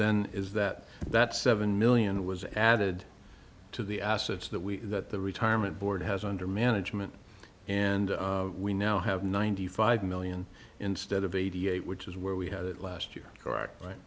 then is that that seven million was added to the assets that we that the retirement board has under management and we now have ninety five million instead of eighty eight which is where we had it last year you are right